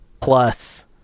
plus